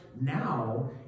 now